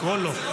לקרוא, לא.